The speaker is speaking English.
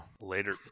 Later